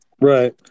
Right